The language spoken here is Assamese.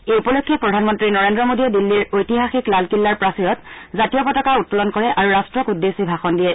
এই উপলক্ষে প্ৰধানমন্ত্ৰী নৰেন্দ্ৰ মোদীয়ে দিন্নীৰ ঐতিহাসিক লালকিল্লাৰ প্ৰাচীৰত জাতীয় পতাকা উত্তোলন কৰে আৰু ৰাট্টক উদ্দেশ্যি ভাষণ দিয়ে